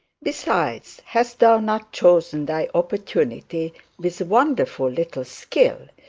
besides, hast thou not chosen thy opportunity with wonderful little skill,